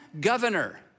governor